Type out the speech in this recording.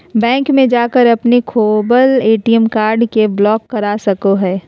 bank में जाकर अपने खोवल ए.टी.एम कार्ड के ब्लॉक करा सको हइ